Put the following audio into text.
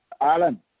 Alan